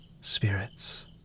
spirits